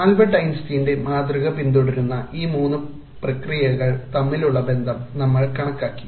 Albert ഐൻസ്റ്റീന്റെ മാതൃക പിന്തുടരുന്ന ഈ മൂന്ന് പ്രക്രിയകൾ തമ്മിലുള്ള ബന്ധം നമ്മൾ കണക്കാക്കി